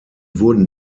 wurden